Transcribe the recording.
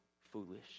foolish